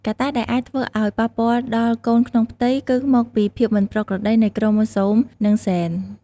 កត្តាដែលអាចធ្វើអោយប៉ះពាល់ដល់កូនក្នុងផ្ទៃគឺមកពីភាពមិនប្រក្រតីនៃក្រូម៉ូសូម ឬហ្សែន ។